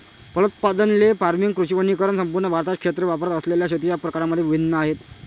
फलोत्पादन, ley farming, कृषी वनीकरण संपूर्ण भारतात क्षेत्रे वापरत असलेल्या शेतीच्या प्रकारांमध्ये भिन्न आहेत